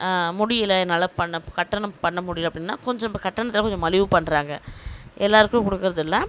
முடியிலை என்னால் பண்ண கட்டணம் பண்ண முடியிலை அப்படினா கொஞ்சம் இப்ப கட்டணத்தில் கொஞ்சம் மலிவு பண்ணுறாங்க எல்லோருக்கும் கொடுக்கறது இல்லை